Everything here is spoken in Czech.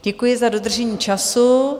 Děkuji za dodržení času.